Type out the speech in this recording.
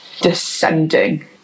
descending